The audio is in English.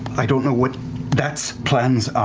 i don't know what that's plans